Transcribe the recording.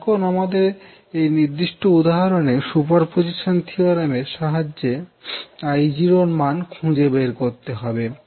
এখন আমাদের এই নির্দিষ্ট উদাহরণে সুপারপজিশন থিওরেম এর সাহায্যে I0 এর মান খুঁজে বের করতে হবে